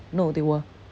no they will